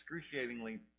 excruciatingly